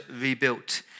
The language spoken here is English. rebuilt